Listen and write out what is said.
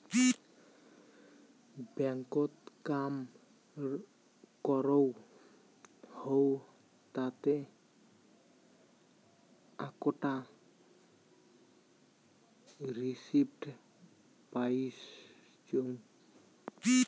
ব্যাংকত কাম করং হউ তাতে আকটা রিসিপ্ট পাইচুঙ